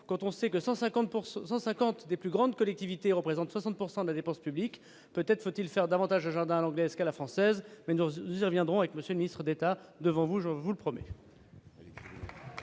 Quand on sait que 150 pour 100 100 50 des plus grandes collectivités représentent 60 pourcent de de la dépense publique, peut-être faut-il faire davantage au jardin à l'anglaise, qu'à la française mais dans une viendront avec Monsieur le Ministre d'État devant vous, je vous le promets.